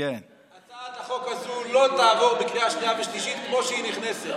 הצעת החוק הזאת לא תעבור בקריאה שנייה ושלישית כמו שהיא נכנסת.